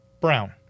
brown